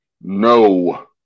No